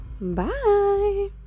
Bye